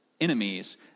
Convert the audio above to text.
enemies